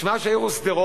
שמה של העיר הוא שׂדרות.